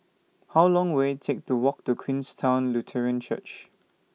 How Long Will IT Take to Walk to Queenstown Lutheran Church